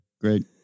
Great